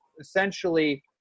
essentially